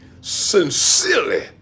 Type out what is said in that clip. sincerely